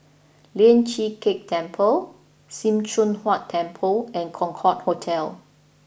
Lian Chee Kek Temple Sim Choon Huat Temple and Concorde Hotel